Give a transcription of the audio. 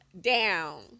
down